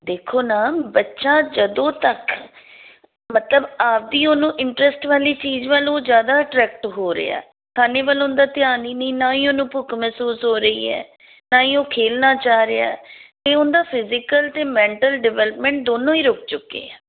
ਦੇਖੋ ਨਾ ਬੱਚਾ ਜਦੋਂ ਤੱਕ ਮਤਲਬ ਆਪਣੀ ਉਹਨੂੰ ਇੰਟਰਸਟ ਵਾਲੀ ਚੀਜ਼ ਵੱਲ ਉਹ ਜ਼ਿਆਦਾ ਐਟਰੈਕਟ ਹੋ ਰਿਹਾ ਖਾਣੇ ਵੱਲ ਉਹਦਾ ਧਿਆਨ ਹੀ ਨਹੀਂ ਨਾ ਹੀ ਉਹਨੂੰ ਭੁੱਖ ਮਹਿਸੂਸ ਹੋ ਰਹੀ ਹੈ ਨਾ ਹੀ ਉਹ ਖੇਡਣਾ ਚਾਅ ਰਿਹਾ ਅਤੇ ਉਹਦਾ ਫਿਜੀਕਲ ਅਤੇ ਮੈਂਟਲ ਡਿਵੈਲਪਮੈਂਟ ਦੋਨੋਂ ਹੀ ਰੁਕ ਚੁੱਕੇ ਆ